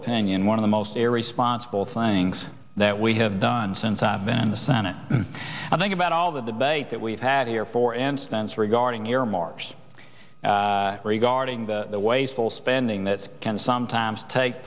opinion one of the most irresponsible things that we have done since i've been in the senate i think about all the debate that we've had here for instance regarding your mars regarding the wasteful spending that can sometimes take